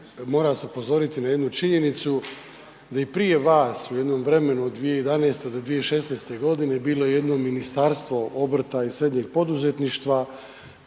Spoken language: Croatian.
moram vas upozoriti na jednu činjenicu da i prije vas u jednom vremenu od 2011. do 2016. g. bilo jedno Ministarstvo obrta i srednjeg poduzetništva